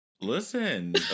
Listen